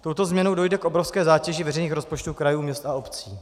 Touto změnou dojde k obrovské zátěži veřejných rozpočtů krajů, měst a obcí.